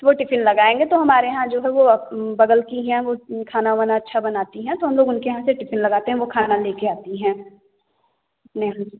वो टिफिन लगाएँगे तो हमारे यहाँ जो है वो बगल की हैं वो खाना वाना अच्छा बनाती है तो हम लोग उनके यहाँ से टिफिन लगाते हैं वो खाना ले के आती हैं